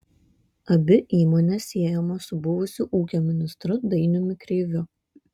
abi įmonės siejamos su buvusiu ūkio ministru dainiumi kreiviu